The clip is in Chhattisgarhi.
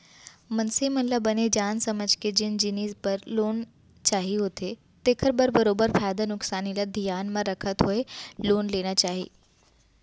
मनसे मन ल बने जान समझ के जेन जिनिस बर लोन चाही होथे तेखर बर बरोबर फायदा नुकसानी ल धियान म रखत होय लोन लेना चाही